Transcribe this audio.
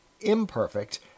imperfect